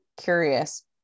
curious